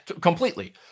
completely